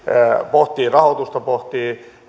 pohtii rahoitusta pohtii